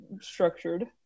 structured